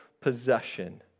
possession